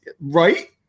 Right